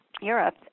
Europe